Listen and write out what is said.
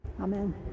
Amen